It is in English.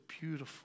beautiful